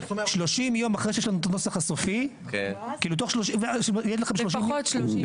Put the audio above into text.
30 ימים אחרי שיש לנו את הנוסח הסופי --- לפחות 30 ימים,